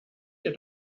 hier